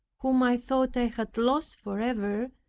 whom i thought i had lost forever,